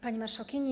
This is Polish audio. Pani Marszałkini!